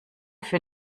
für